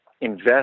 invest